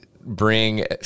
bring